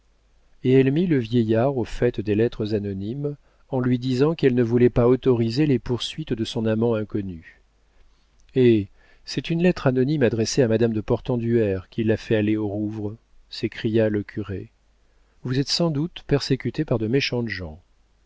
et elle mit le vieillard au fait des lettres anonymes en lui disant qu'elle ne voulait pas autoriser les poursuites de son amant inconnu eh c'est une lettre anonyme adressée à madame de portenduère qui l'a fait aller au rouvre s'écria le curé vous êtes sans doute persécutée par de méchantes gens